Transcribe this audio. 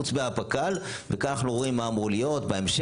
חוץ מהפק"ל וכאן אנחנו רואים מה אמור להיות בהמשך,